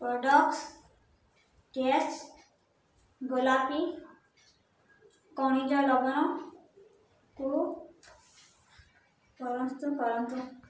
products catch ଗୋଲାପୀ ଖଣିଜ ଲବଣକୁ ଫେରସ୍ତ କରନ୍ତୁ